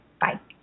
bye